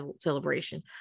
celebration